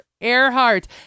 Earhart